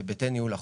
בהיבטי ניהול החוב,